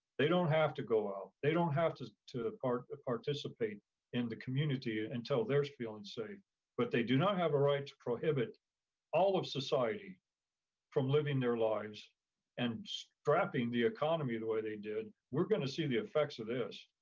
they don't have to go out. they don't have to to participate in the community until they're feeling safe. but they do not have a right to prohibit all of society from living their lives and strapping the economy the way they did. we're gonna see the effects of this,